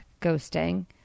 ghosting